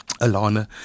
Alana